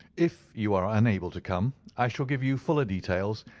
if you are unable to come i shall give you fuller details,